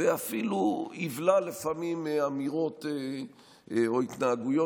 ואפילו יבלע לפעמים אמירות או התנהגויות